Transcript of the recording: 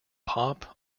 pop